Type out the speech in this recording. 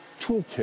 toolkit